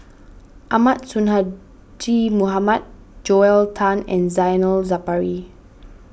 Ahmad Sonhadji Mohamad Joel Tan and Zainal Sapari